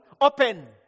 open